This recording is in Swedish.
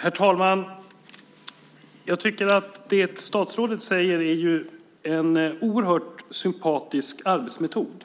Herr talman! Jag tycker att det statsrådet nämner är en oerhört sympatisk arbetsmetod.